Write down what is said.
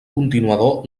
continuador